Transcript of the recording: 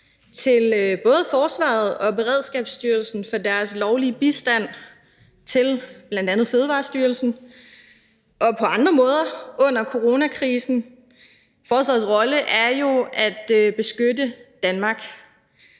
til både forsvaret og Beredskabsstyrelsen for deres lovlige bistand til bl.a. Fødevarestyrelsen og på andre måder under coronakrisen. Forsvarets rolle er jo at beskytte Danmark,